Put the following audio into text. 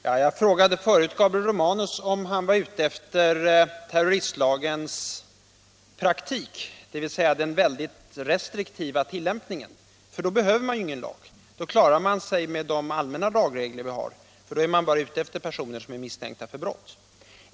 Herr talman! Jag frågade förut Gabriel Romanus om han var ute efter terroristlagens praktik, dvs. den mycket restriktiva tillämpningen. Då behöver man nämligen ingen sådan lag utan klarar sig med de mycket allmänna lagregler som finns i övrigt. Då är man bara ute efter personer som är misstänkta för brott.